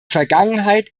vergangenheit